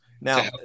now